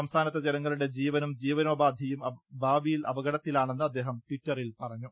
സംസ്ഥാനത്തെ ജനങ്ങളുടെ ജീവനും ജീവനോപാധികളും ഭാവിയിൽ അപകടത്തിലാ ണെന്ന് അദ്ദേഹം ടിറ്ററിൽ പറഞ്ഞു